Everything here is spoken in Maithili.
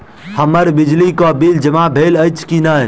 हम्मर बिजली कऽ बिल जमा भेल अछि की नहि?